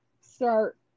start